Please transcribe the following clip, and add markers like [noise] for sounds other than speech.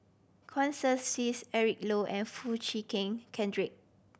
[unintelligible] Eric Low and Foo Chee Keng Cedric